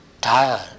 tired